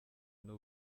n’u